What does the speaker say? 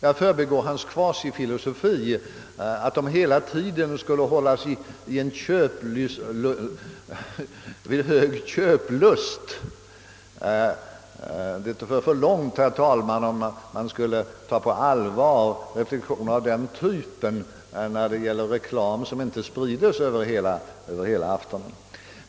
Jag förbigår hans kvasifilosofi om att de hela tiden skulle hållas vid hög köplust. Det skulle leda för långt, herr talman, om man skulle ta på allvar reflexioner av den typen beträffande reklam som till på köpet inte sprides över hela aftonen.